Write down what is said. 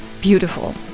beautiful